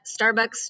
Starbucks